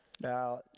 Now